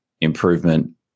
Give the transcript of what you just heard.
improvement